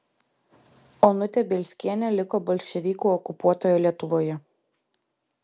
onutė bielskienė liko bolševikų okupuotoje lietuvoje